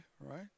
right